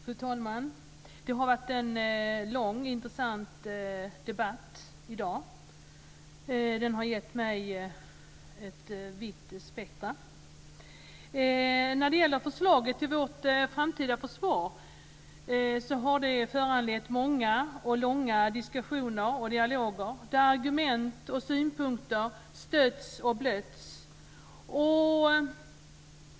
Fru talman! Det har varit en lång och intressant debatt här i dag. Den har gett mig ett brett spektrum. Förslaget om vårt framtida försvar har föranlett många och långa diskussioner och dialoger där argument och synpunkter stötts och blötts.